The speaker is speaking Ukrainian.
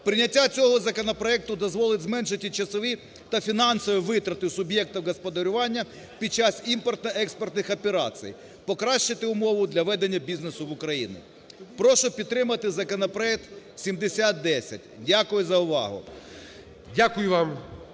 Прийняття цього законопроекту дозволить зменшити часові та фінансові витрати суб'єкту господарювання під час імпортно-експортних операцій, покращити умову для ведення бізнесу в Україні. Прошу підтримати законопроект 7010. Дякую за увагу.